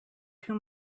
too